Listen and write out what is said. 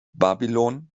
babylon